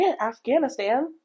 Afghanistan